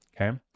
Okay